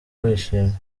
wishimye